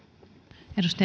arvoisa